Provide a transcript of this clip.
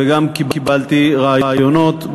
וגם קיבלתי רעיונות,